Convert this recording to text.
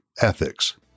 ethics